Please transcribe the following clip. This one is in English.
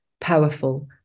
powerful